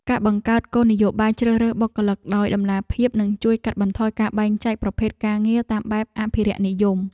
ការបង្កើតគោលនយោបាយជ្រើសរើសបុគ្គលិកដោយតម្លាភាពនឹងជួយកាត់បន្ថយការបែងចែកប្រភេទការងារតាមបែបអភិរក្សនិយម។